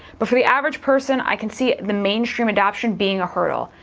but for the average person, i can see the mainstream adoption being a hurdle.